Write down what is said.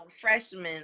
freshmen